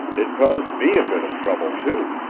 it caused me a bit of trouble, too.